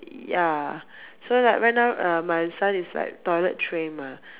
ya so like right now uh my son is like toilet trained mah